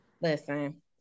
Listen